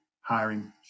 hiring